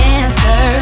answer